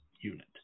unit